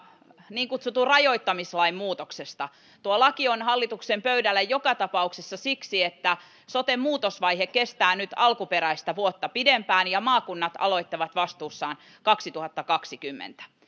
niin kutsutun rajoittamislain muutoksesta tuo laki on hallituksen pöydällä joka tapauksessa siksi että soten muutosvaihe kestää nyt alkuperäistä vuotta pidempään ja maakunnat aloittavat vastuussaan kaksituhattakaksikymmentä